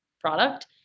product